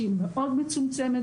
שהיא מאוד מצומצמת,